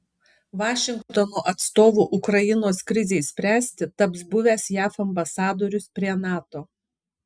vašingtono atstovu ukrainos krizei spręsti taps buvęs jav ambasadorius prie nato